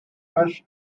first